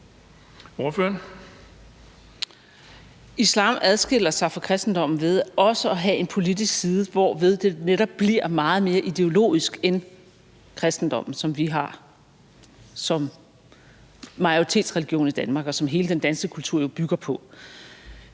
Islam adskiller sig fra kristendommen ved også at have en politisk side, hvorved den netop bliver meget mere ideologisk end kristendommen, som vi har som majoritetsreligion i Danmark, og som hele den danske kultur jo bygger på.